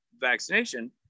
vaccination